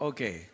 Okay